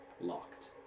locked